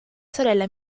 sorella